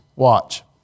Watch